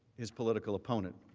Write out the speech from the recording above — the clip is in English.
his political opponent.